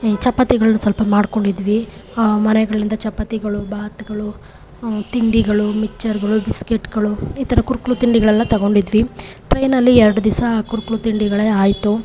ಚಪಾತಿಗಳನ್ನ ಸ್ವಲ್ಪ ಮಾಡ್ಕೊಂಡಿದ್ವಿ ಮನೆಗಳಿಂದ ಚಪಾತಿಗಳು ಬಾತ್ಗಳು ತಿಂಡಿಗಳು ಮಿಕ್ಸ್ಚರ್ಗಳು ಬಿಸ್ಕಿಟ್ಗಳು ಈ ಥರ ಕುರುಕಲು ತಿಂಡಿಗಳೆಲ್ಲ ತಗೊಂಡಿದ್ವಿ ಟ್ರೈನಲ್ಲಿ ಎರಡು ದಿವಸ ಕುರುಕಲು ತಿಂಡಿಗಳೇ ಆಯಿತು